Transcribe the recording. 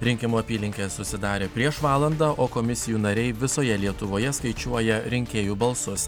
rinkimų apylinkės užsidarė prieš valandą o komisijų nariai visoje lietuvoje skaičiuoja rinkėjų balsus